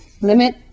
Limit